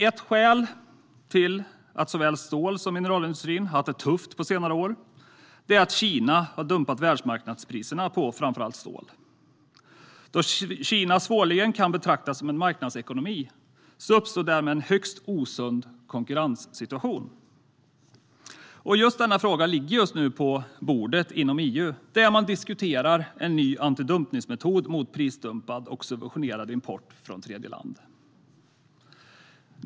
Ett skäl till att såväl stålindustrin som mineralindustrin har haft det tufft på senare år är att Kina har dumpat världsmarknadspriserna på framför allt stål. Då Kina svårligen kan betraktas som en marknadsekonomi uppstår därmed en högst osund konkurrenssituation. Denna fråga ligger just nu på bordet inom EU, där man diskuterar en ny antidumpningsmetod mot prisdumpad och subventionerad import från tredjeland.